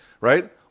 right